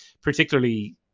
particularly